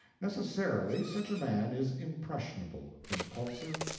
necessarily, such a man is impressionable, impulsive,